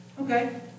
Okay